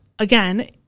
Again